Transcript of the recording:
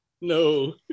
No